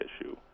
issue